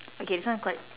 okay this one quite